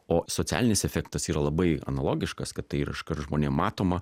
o socialinis efektas yra labai analogiškas kad tai ir iškart žmonėm matoma